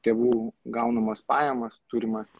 tėvų gaunamos pajamas turimas